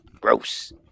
Gross